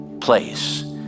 place